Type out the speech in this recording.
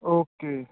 okay